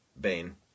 Bane